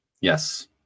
Yes